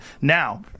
Now